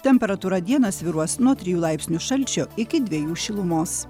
temperatūra dieną svyruos nuo trijų laipsnių šalčio iki dviejų šilumos